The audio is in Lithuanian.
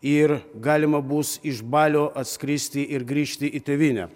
ir galima bus iš balio atskristi ir grįžti į tėvynę